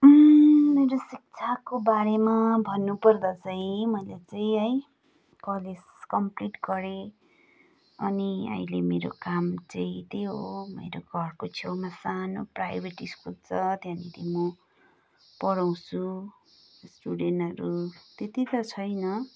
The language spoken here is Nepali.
मेरो शिक्षाको बारेमा भन्नुपर्दा चाहिँ मैले चाहिँ है कलेज कम्प्लिट गरेँ अनि अहिले मेरो काम चाहिँ त्यही हो मेरो घरको छेउमा सानो प्राइभेट स्कुल छ त्यहाँनिर म पढाउँछु स्टुडेन्टहरू त्यति त छैन